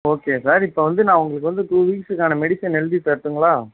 okay sir இப்போ வந்து நான் உங்களுக்கு வந்து டூ வீக்ஸுக்கான மெடிசன் எழுதி தரட்டுங்களா